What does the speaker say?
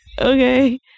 Okay